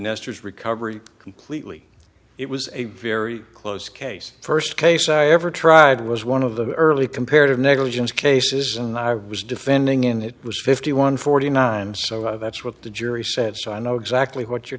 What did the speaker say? nestors recovery completely it was a very close case first case i ever tried was one of the early comparative negligence cases and i was defending in it was fifty one forty nine so that's what the jury said so i know exactly what you're